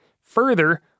Further